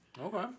Okay